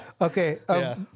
Okay